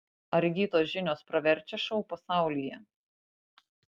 ar įgytos žinios praverčia šou pasaulyje